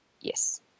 Yes